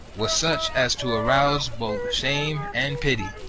was such as to arouse both shame and pity.